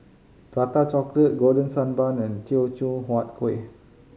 Prata Chocolate Golden Sand Bun and Teochew Huat Kueh